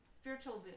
spiritual